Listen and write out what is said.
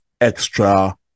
extra